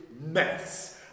mess